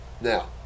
Now